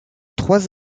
trois